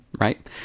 Right